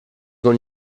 con